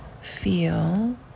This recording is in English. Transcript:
feel